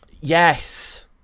Yes